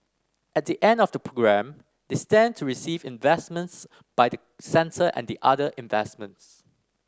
at the end of the programme they stand to receive investments by the centre and other investors